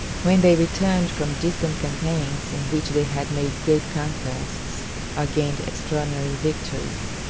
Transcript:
when they returned from distant campaigns in which they had made great conquests or gained extraordinary victories.